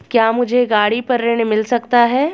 क्या मुझे गाड़ी पर ऋण मिल सकता है?